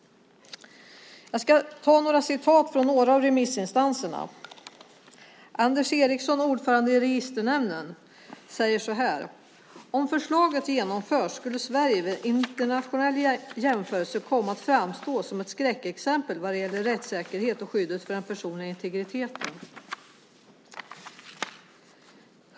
Jag ska läsa ett par citat från några av remissinstanserna. Anders Eriksson, ordförande i Registernämnden säger så här: "Om förslaget genomförs skulle Sverige vid internationell jämförelse komma att framstå som ett skräckexempel vad gäller rättssäkerhet och skydd för den personliga integriteten."